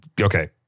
okay